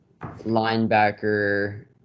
linebacker